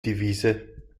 devise